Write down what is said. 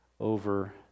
over